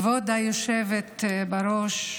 כבוד היושבת-ראש,